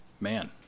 man